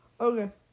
Okay